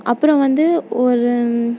அப்புறோ வந்து ஒரு